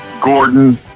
Gordon